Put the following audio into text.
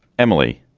emily,